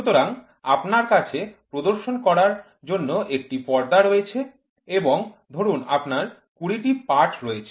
সুতরাং আপনার কাছে প্রদর্শন করার জন্য একটি পর্দা রয়েছে এবং ধরুন আপনার ২০ টি পাঠ রয়েছে